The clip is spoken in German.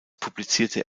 publizierte